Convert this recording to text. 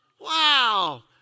Wow